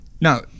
now